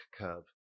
curve